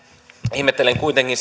ihmettelen kuitenkin